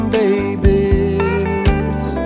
babies